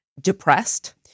depressed